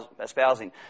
espousing